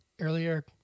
Earlier